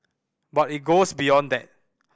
but it goes beyond that